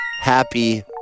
happy